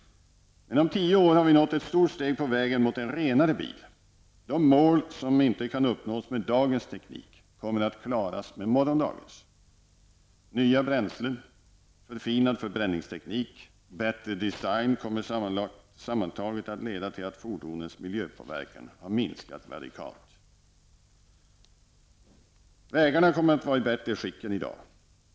Om 10 år har vi nått ett stort steg på vägen mot en renare bil. De mål som inte kan uppnås med dagens teknik kommer att klaras med morgondagens. Nya bränslen, förfinad förbränningsteknik och bättre design kommer sammantaget att leda till att fordonens miljöpåverkan har minskat radikalt. Vägarna kommer att vara i bättre skick än i dag.